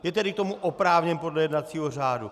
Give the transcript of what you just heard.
Je tedy k tomu oprávněn podle jednacího řádu.